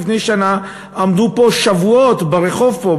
לפני שנה הם עמדו שבועות ברחוב פה,